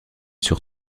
sur